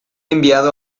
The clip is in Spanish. enviado